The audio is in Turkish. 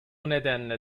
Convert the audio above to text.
nedenle